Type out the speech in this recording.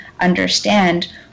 understand